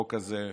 החוק הזה,